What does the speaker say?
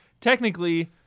technically